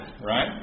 right